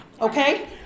okay